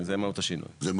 זה מהות השינוי.